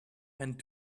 and